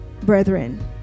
brethren